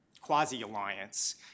quasi-alliance